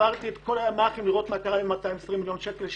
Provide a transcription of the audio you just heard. עברתי על כל הימ"חים לראות מה קרה ב-220 מיליון שקל.